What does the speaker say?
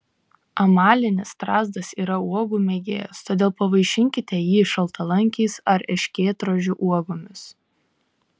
amalinis strazdas yra uogų mėgėjas todėl pavaišinkite jį šaltalankiais ar erškėtrožių uogomis